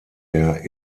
der